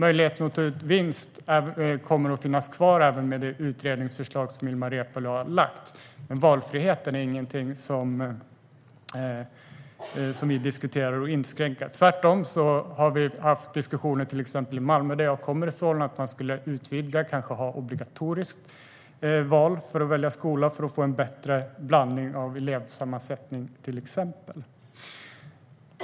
Möjligheten att ta ut vinst kommer att finnas kvar även med det utredningsförslag som Ilmar Reepalu har lagt fram. Valfriheten är ingenting som vi diskuterar att inskränka. Tvärtom har vi haft diskussioner till exempel i Malmö, som jag kommer ifrån, om att man kanske skulle utvidga valfriheten och göra det obligatoriskt att välja skola, bland annat för att få en bättre blandning av elevsammansättning.